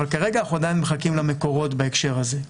אבל כרגע אנחנו עדיין מחכים למקורות בהקשר הזה.